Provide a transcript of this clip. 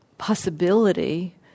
possibility